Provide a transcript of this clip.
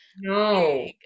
No